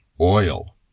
oil